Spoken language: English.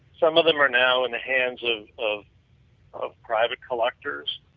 some of them are now in the hands of of of private collectors.